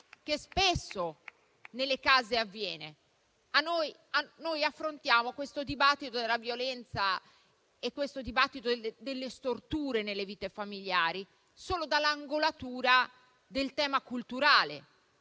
che spesso avviene nelle case. Noi affrontiamo il dibattito sulla violenza e sulle storture nelle vite familiari solo dall'angolatura del tema culturale,